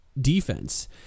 defense